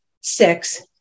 six